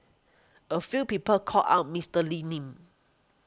a few people called out Mister Lee's name